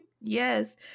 Yes